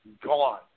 gone